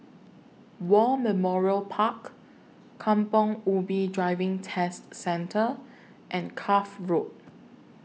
War Memorial Park Kampong Ubi Driving Test Centre and Cuff Road